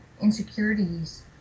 insecurities